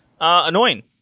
Annoying